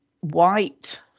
white